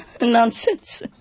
Nonsense